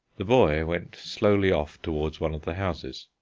the boy went slowly off towards one of the houses.